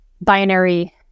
binary